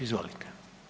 Izvolite.